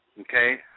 Okay